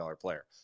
player